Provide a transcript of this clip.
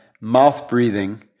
mouth-breathing